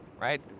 right